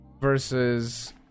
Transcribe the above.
versus